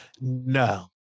No